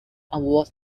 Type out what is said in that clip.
award